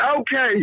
okay